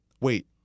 Wait